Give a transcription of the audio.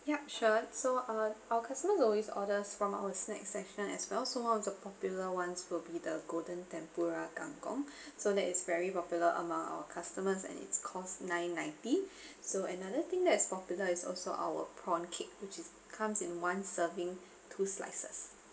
yup sure so uh our customers always orders from our snack session as well so one of the popular ones will be the golden tempura kangkong so that is very popular among our customers and it costs nine ninety so another thing that is popular is also our prawn cake which is comes in one serving two slices